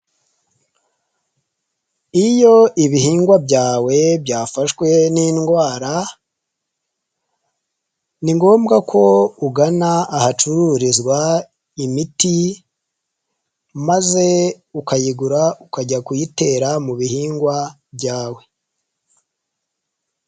Iyo ibihingwa byawe byafashwe n'indwara ni ngombwa ko ugana ahacururizwa imiti maze ukayigura ukajya kuyitera mu bihingwa byawe.